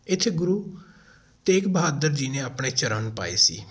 ਇੱਥੇ ਗੁਰੂ ਤੇਗ ਬਹਾਦਰ ਜੀ ਨੇ ਆਪਣੇ ਚਰਨ ਪਾਏ ਸੀ